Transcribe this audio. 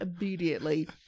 immediately